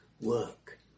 work